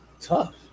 tough